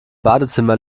badezimmer